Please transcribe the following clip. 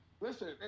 Listen